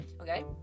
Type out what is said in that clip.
Okay